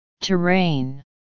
terrain